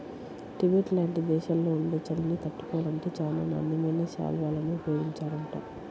Tibet లాంటి దేశాల్లో ఉండే చలిని తట్టుకోవాలంటే చానా నాణ్యమైన శాల్వాలను ఉపయోగించాలంట